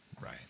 Right